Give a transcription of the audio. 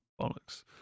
Bollocks